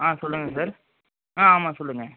ஆ சொல்லுங்கள் சார் ஆ ஆமாம் சொல்லுங்கள்